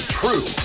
true